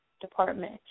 Department